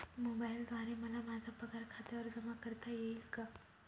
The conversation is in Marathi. मोबाईलद्वारे मला माझा पगार खात्यावर जमा करता येईल का?